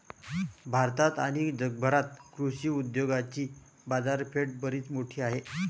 भारतात आणि जगभरात कृषी उद्योगाची बाजारपेठ बरीच मोठी आहे